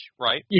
right